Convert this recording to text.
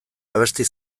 abesti